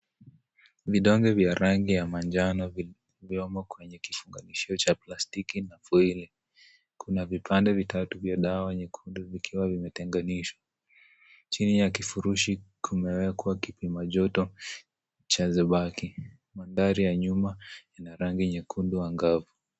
Vidonge vya rangi ya manjano vilivyomo kwenye kifunganishi cha plastiki, kuna vipande vitatu vya dawa nyekundu vikiwa vimetenganishwa, chini furushi kumewekwa kipima joto cha zebaki, mandhari ya nyuma ina rangi nyekundu angavu.